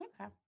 Okay